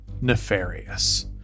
nefarious